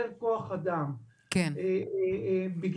הירידה במסעדות היא דרסטית, יש ירידה של מעל 50%